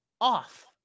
off